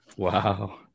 Wow